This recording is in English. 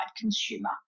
consumer